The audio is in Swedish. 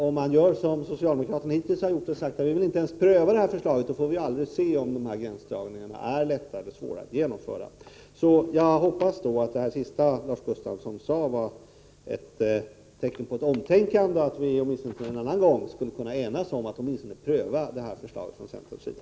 Om man gör som socialdemokraterna hittills har sagt, dvs. att man inte ens skall pröva förslaget, får vi aldrig se om gränsdragningen är lätt eller svår att genomföra. Så jag hoppas att det sista Lars Gustafsson sade var ett tecken på ett omtänkande och att vi åtminstone till en annan gång skulle kunna enas om att pröva det förslag som framlagts från centerns sida.